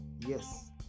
Yes